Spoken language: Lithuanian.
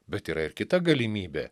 bet yra ir kita galimybė